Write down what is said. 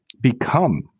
become